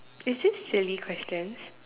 is it silly questions